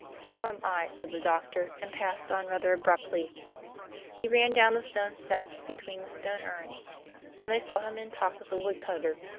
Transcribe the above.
so am i, said the doctor, and passed on rather abruptly he ran down the stone steps between the stone urns and they saw him in talk with the woodcutter.